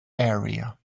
area